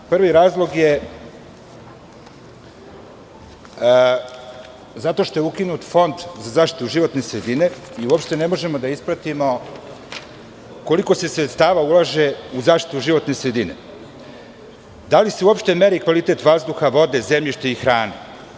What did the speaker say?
Prvi razlog je, zato što je ukinut fond za zaštitu životne sredine i ne možemo da ispratimo koliko se sredstava ulaže u zaštitu životne sredine i da li se meri kvalitet vazduha, vode, zemljišta i hrane?